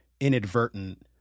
inadvertent